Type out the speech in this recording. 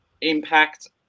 impact